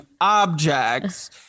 objects